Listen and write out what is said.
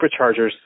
superchargers